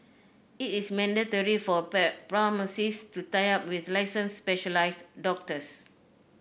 it is mandatory for pharmacies to tie up with licensed specialised doctors